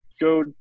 go